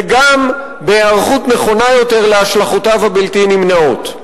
וגם בהיערכות נכונה יותר להשלכותיו הבלתי-נמנעות.